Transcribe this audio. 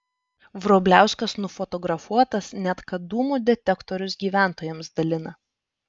vrubliauskas nufotografuotas net kad dūmų detektorius gyventojams dalina